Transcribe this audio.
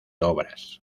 obras